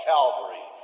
Calvary